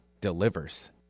delivers